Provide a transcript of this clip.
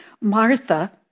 Martha